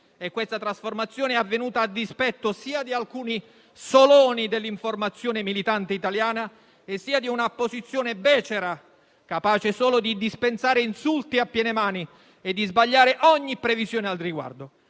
Questa trasformazione è avvenuta a dispetto sia di alcuni soloni dell'informazione militante italiana sia di una opposizione becera, capace solo di dispensare insulti a piene mani e di sbagliare ogni previsione al riguardo.